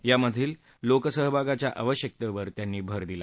यामधील लोकसहभागाच्या आवश्यकतेवर त्यांनी भर दिला